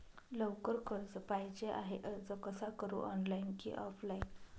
लवकर कर्ज पाहिजे आहे अर्ज कसा करु ऑनलाइन कि ऑफलाइन?